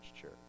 church